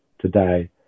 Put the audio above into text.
today